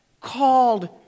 called